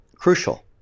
Crucial